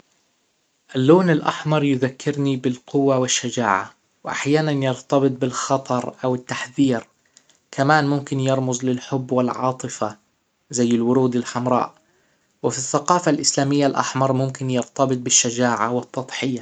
اللون الاحمر يذكرني بالقوة والشجاعة واحيانا يرتبط بالخطر او التحذير كمان ممكن يرمز للحب والعاطفة زي الورود الحمراء وفي الثقافة الإسلامية الاحمر ممكن يرتبط بالشجاعة والتضحية